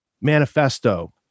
manifesto